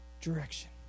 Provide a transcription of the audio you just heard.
direction